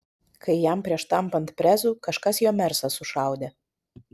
kai jam prieš tampant prezu kažkas jo mersą sušaudė